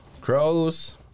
crows